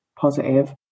Positive